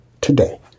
today